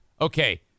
Okay